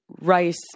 rice